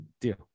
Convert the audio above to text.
Deal